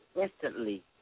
instantly